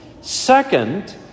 Second